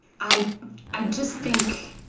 i i just think,